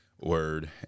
word